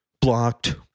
blocked